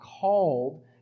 called